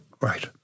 Right